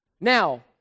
Now